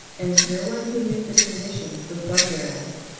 and no one who knew the conditions would wonder at it.